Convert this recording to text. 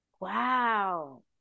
Wow